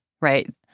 right